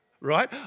right